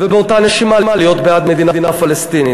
ובאותה נשימה להיות בעד מדינה פלסטינית.